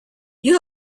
you